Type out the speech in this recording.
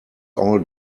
all